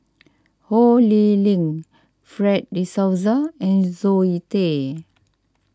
Ho Lee Ling Fred De Souza and Zoe Tay